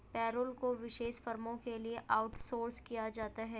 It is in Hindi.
पेरोल को विशेष फर्मों के लिए आउटसोर्स किया जाता है